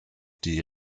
die